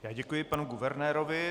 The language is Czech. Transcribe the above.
Já děkuji panu guvernérovi.